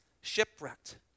Shipwrecked